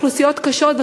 ואוכלוסיות קשות,